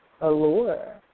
allure